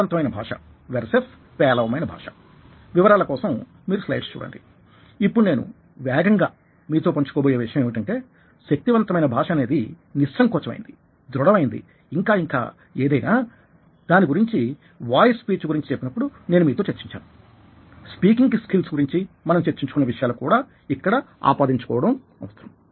శక్తివంతమైన భాష వెర్సెస్ పేలవమైన భాష వివరాల కోసం మీరు స్లైడ్స్ చూడండి ఇప్పుడు నేను వేగంగా మీతో పంచుకో బోయే విషయం ఏమిటంటే శక్తివంతమైన భాష అనేది నిస్సంకోచం అయినది దృఢమైనది ఇంకా ఇంకా ఏదైనా దాని గురించి వాయిస్ స్పీచ్ గురించి చెప్పినప్పుడు నేను మీతో చర్చించాను స్పీకింగ్ స్కిల్స్ గురించి మనం చర్చించుకున్న విషయాలు కూడా ఇక్కడ ఆపాదించుకోవచ్చు